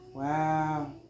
Wow